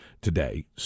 today